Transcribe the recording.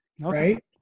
Right